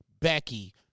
Becky